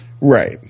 right